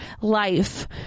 life